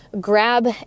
grab